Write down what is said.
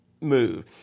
move